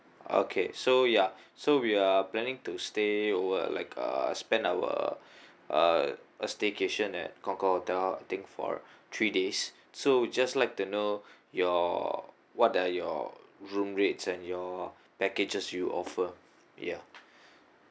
okay so ya so we are planning to stay over like a spend our uh a staycation at concorde hotel I think for three days so just like to know your what are your room rates and your packages you offer ya